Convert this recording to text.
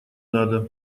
надо